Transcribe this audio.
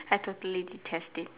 I totally detest it